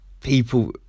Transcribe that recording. People